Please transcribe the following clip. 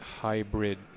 hybrid